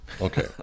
Okay